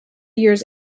years